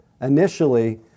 initially